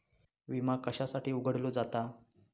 विमा कशासाठी उघडलो जाता?